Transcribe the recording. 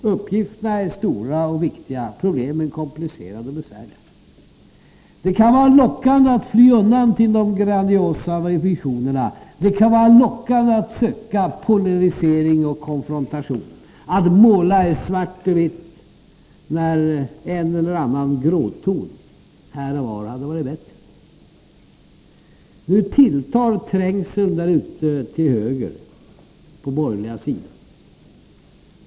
Uppgifterna är stora och viktiga, problemen komplicerade och besvärliga. Det kan vara lockande att fly undan till de grandiosa visionerna. Det kan vara lockande att söka polarisering och konfrontation, att måla i svart och vitt när en eller annan gråton här och var hade varit bättre. Nu tilltar trängseln där ute till höger på den borgerliga sidan.